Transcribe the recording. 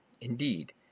Indeed